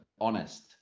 honest